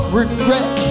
regret